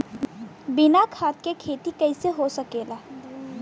बिना खाद के खेती कइसे हो सकेला?